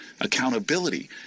accountability